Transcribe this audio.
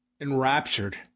enraptured